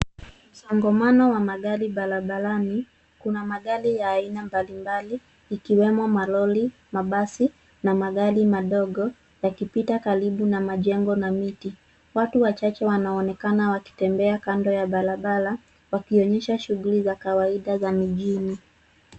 Msongamano wa magari barabarani. Kuna magari ya aina mbalimbali ikiwemo malori, mabasi na magari madogo yakipita karibu na majengo na miti. Watu wachache wanaonekana wakitembea kando ya barabara wakionyesha shughuli za kawaida za mijini.